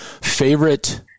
favorite